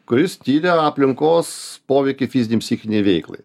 kuris tyrė aplinkos poveikį fizinei psichinei veiklai